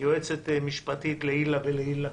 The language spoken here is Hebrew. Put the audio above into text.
היא יועצת משפטית לעילא ולעילא.